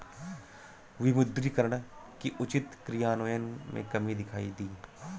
विमुद्रीकरण के उचित क्रियान्वयन में कमी दिखाई दी